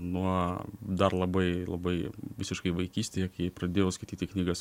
nuo dar labai labai visiškai vaikystėje kai pradėjau skaityti knygas